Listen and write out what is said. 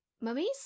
Mummies